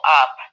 up